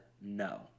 no